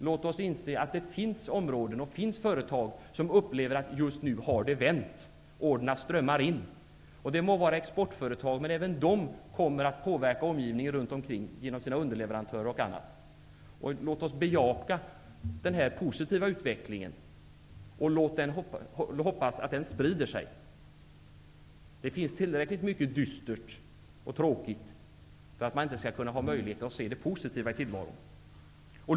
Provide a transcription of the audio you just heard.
Låt oss inse att det finns områden och företag som upplever att det just nu har vänt och att orderna strömmar in. Det må gälla exportföretagen, men de påverkar ju omgivningen genom sina underleverantörer. Låt oss bejaka denna positiva utveckling. Låt oss hoppas att den sprider sig. Det finns tillräckligt mycket dystert och tråkigt för att man inte skall ha möjlighet att se det positiva i tillvaron.